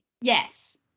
Yes